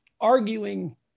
arguing